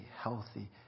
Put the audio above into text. healthy